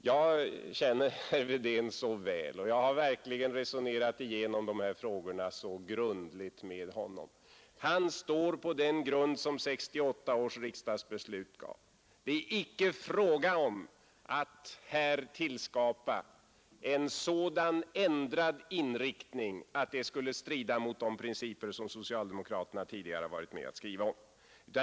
Jag känner herr Wedén så väl och jag har verkligen resonerat igenom de här frågorna så grundligt med honom att jag vet att han står på den grund som 1968 års riksdagsbeslut gav. Det är icke fråga om att här tillskapa en sådan ändrad inriktning att den skulle strida mot de principer som socialdemokraterna tidigare varit med att skriva om.